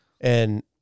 And-